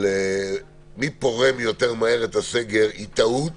של מי פורם יותר מהר את הסגר, היא טעות